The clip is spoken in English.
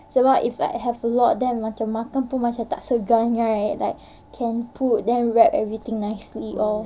sebab if I have a lot then macam makan pun macam tak segan right then can put and wrap everything nicely